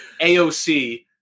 AOC